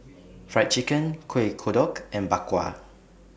Fried Chicken Kueh Kodok and Bak Kwa